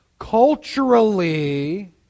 Culturally